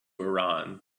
iran